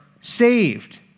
saved